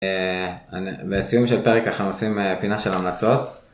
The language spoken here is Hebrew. שלום רב וברוכים הבאים לרב גב